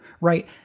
right